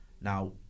Now